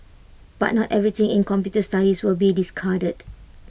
but not everything in computer studies will be discarded